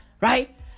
right